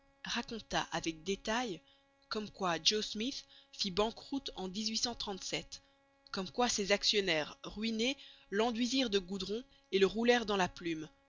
raconta avec détail comme quoi joe smyth fit banqueroute en comme quoi ses actionnaires ruinés l'enduisirent de goudron et le roulèrent dans la plume